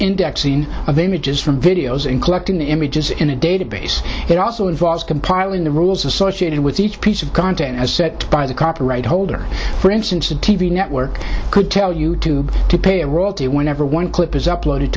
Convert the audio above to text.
indexing of images from videos in collecting the images in a database it also involves compiling the rules associated with each piece of content as set by the copyright holder for instance a t v network could tell you tube to pay a royalty whenever one clip is up